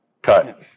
Cut